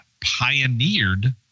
pioneered